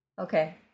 okay